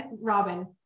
Robin